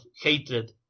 Hatred